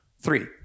three